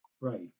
Right